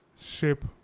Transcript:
shape